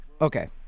okay